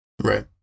Right